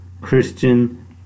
Christian